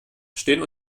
stehen